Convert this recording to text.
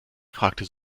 fragte